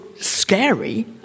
scary